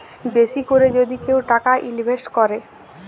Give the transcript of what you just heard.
বেশি ক্যরে যদি কেউ টাকা ইলভেস্ট ক্যরে